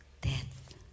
death